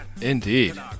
indeed